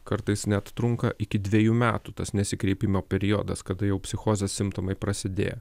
kartais net trunka iki dvejų metų tas nesikreipimo periodas kada jau psichozės simptomai prasidėjo